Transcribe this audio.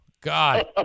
God